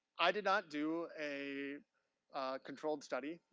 i did not do a controlled study.